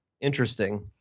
Interesting